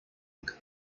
were